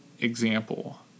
example